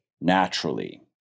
naturally